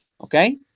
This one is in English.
Okay